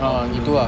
ah gitu ah